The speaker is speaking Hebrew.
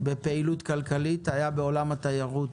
בפעילות כלכלית הייתה בעולם התיירות,